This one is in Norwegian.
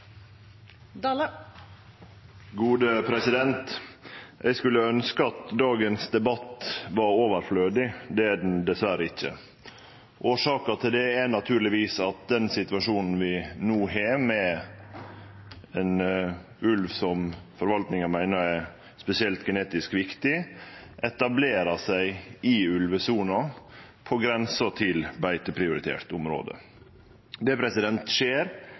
dessverre ikkje. Årsaka til det er naturlegvis den situasjonen vi no har, med at ein ulv som forvaltninga meiner er genetisk spesielt viktig, etablerer seg i ulvesona, på grensa til beiteprioritert område. Det skjer